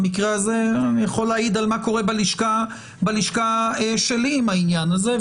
אני יכול להעיד על מה שקורה בלשכה שלי בעניין הזה.